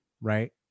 Right